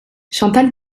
chantal